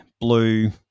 blue